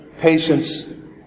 patience